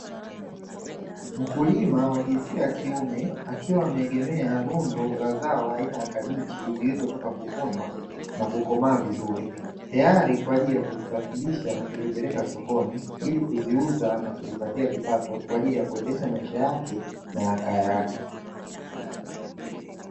Mkulima wa jinsia ya kiume akiwa ameegemea rundo la zao aina ya kabichi zilizotoka kuvunwa na kukomaa vizuri, tayari kwa ajili ya kuzisafirisha na kuzipeleka sokoni, ili kuziuza na kujipatia kipato kwa ajili ya kuendesha maisha yake na ya kaya yake.